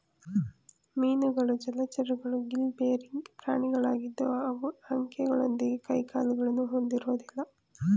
ಮೀನುಗಳು ಜಲಚರಗಳು gill bearing ಪ್ರಾಣಿಗಳಾಗಿದ್ದು ಅವು ಅಂಕೆಗಳೊಂದಿಗೆ ಕೈಕಾಲುಗಳನ್ನು ಹೊಂದಿರೋದಿಲ್ಲ